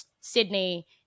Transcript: Sydney